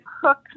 cook